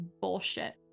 bullshit